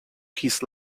his